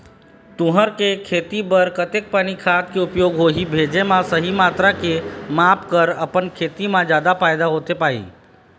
तुंहर के खेती बर कतेक पानी खाद के उपयोग होही भेजे मा सही मात्रा के माप कर अपन खेती मा जादा फायदा होथे पाही?